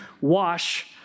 wash